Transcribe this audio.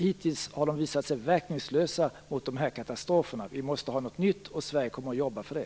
Hittills har metoderna visat sig verkningslösa mot de här katastroferna. Vi måste ha något nytt, och Sverige kommer att jobba för det.